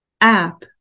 app